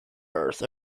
earth